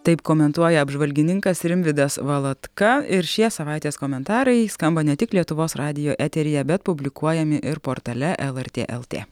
taip komentuoja apžvalgininkas rimvydas valatka ir šie savaitės komentarai skamba ne tik lietuvos radijo eteryje bet publikuojami ir portale lrt lt